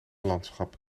landschap